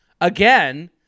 again